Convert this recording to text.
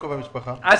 מוכנים לכך.